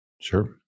Sure